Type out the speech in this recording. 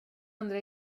andra